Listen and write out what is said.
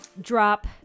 drop